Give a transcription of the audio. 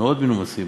מאוד מנומסים.